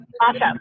awesome